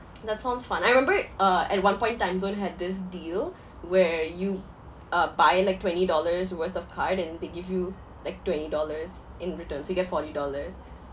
that sounds fun I remember uh at one point timezone had this deal where you uh buy like twenty dollars worth of card and they give you like twenty dollars in return so you get forty dollars